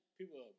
people